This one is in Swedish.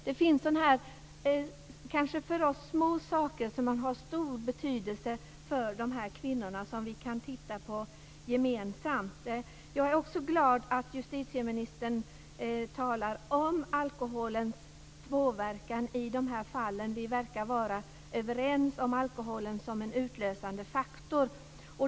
Det finns sådant som för oss är småsaker som har stor betydelse för dessa kvinnor som vi måste se över gemensamt. Jag är också glad att justitieministern talar om alkoholens påverkan. Vi verkar vara överens om alkoholen som en utlösande faktor.